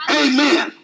amen